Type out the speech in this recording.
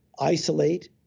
isolate